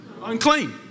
Unclean